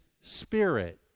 spirit